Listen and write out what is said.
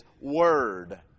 Word